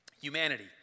Humanity